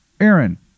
Aaron